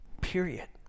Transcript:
Period